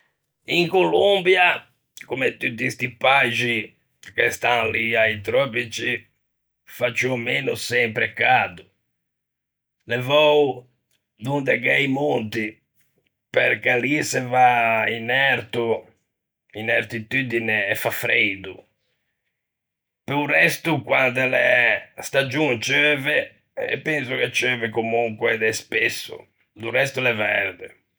In Colombia, comme tutti sti Paixi che stan lì a-i tròpici, fa ciù ò meno sempre cado, levou donde gh'é i monti, perché lì se va in erto in ertitudine e fa freido; pe-o resto quande l'é stagion ceuve, e penso che ceuve comonque de spesso, do resto l'é verde.